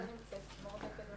מור דקל לא